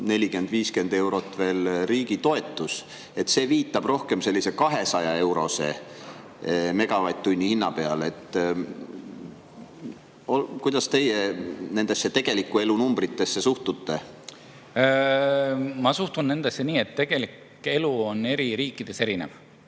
40–50 eurot riigi toetust. See viitab rohkem umbes 200‑eurosele megavatt-tunni hinnale. Kuidas teie nendesse tegeliku elu numbritesse suhtute? Ma suhtun nendesse nii, et tegelik elu on eri riikides erinev.